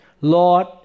Lord